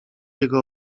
jego